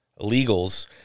illegals